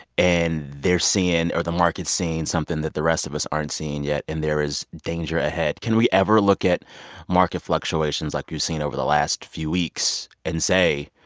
and they're seeing or the market's seeing something that the rest of us aren't seeing yet, and there is danger ahead. can we ever look at market fluctuations like we've seen over the last few weeks and say,